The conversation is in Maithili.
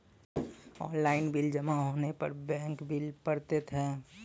ऑनलाइन बिल जमा होने पर बैंक बिल पड़तैत हैं?